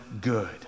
good